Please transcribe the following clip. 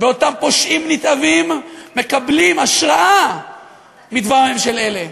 ואותם פושעים נתעבים מקבלים השראה מהדברים של אלה.